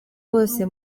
wose